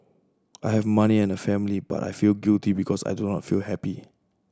I have money and a family but I feel guilty because I do not feel happy